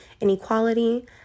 inequality